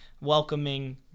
Welcoming